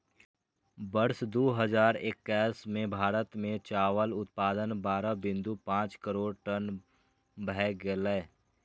वर्ष दू हजार एक्कैस मे भारत मे चावल उत्पादन बारह बिंदु पांच करोड़ टन भए गेलै